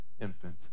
infant